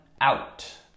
out